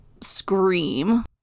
scream